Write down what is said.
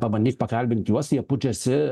pabandys pakalbint juos jie pučiasi